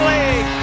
League